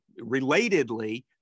relatedly